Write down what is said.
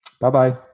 Bye-bye